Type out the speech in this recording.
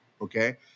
okay